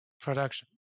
production